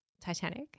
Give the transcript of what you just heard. Titanic